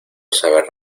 saber